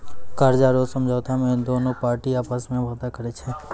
कर्जा रो समझौता मे दोनु पार्टी आपस मे वादा करै छै